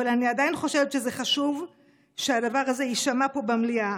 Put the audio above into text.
אבל אני עדיין חושבת שחשוב שהדבר הזה יישמע פה במליאה,